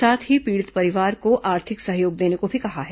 साथ ही पीड़ित परिवार को आर्थिक सहयोग देने भी कहा है